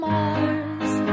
Mars